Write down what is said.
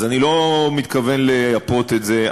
אז אני לא מתכוון לייפות את זה.